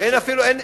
אין אפילו, אין,